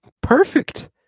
Perfect